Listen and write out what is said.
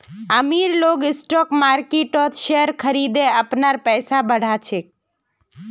अमीर लोग स्टॉक मार्किटत शेयर खरिदे अपनार पैसा बढ़ा छेक